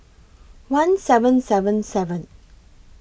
one seven seven seven